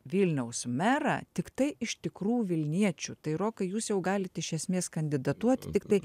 vilniaus merą tiktai iš tikrų vilniečių tai rokai jūs jau galit iš esmės kandidatuoti tiktai